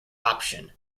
option